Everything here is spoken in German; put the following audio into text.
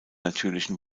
natürlichen